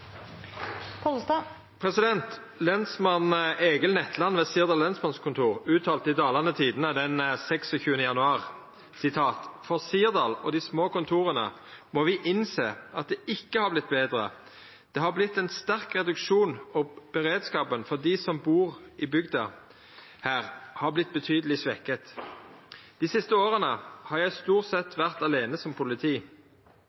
rette vedkommende. «Lensmann Egil Netland ved Sirdal lensmannskontor uttalte i Dalane Tidende den 26. januar: «For Sirdal og de små kontorene må vi innse at det ikke har blitt bedre. Det har blitt en sterk reduksjon og beredskapen for de som bor i bygda her har blitt betydelig svekket […] De siste årene har jeg stort